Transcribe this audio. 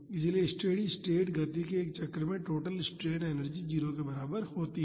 इसलिए steady state गति के एक चक्र में टोटल स्ट्रेन एनर्जी 0 के बराबर होती है